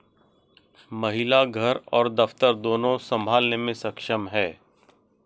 महिला घर और दफ्तर दोनो संभालने में सक्षम हैं